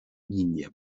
ninja